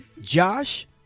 josh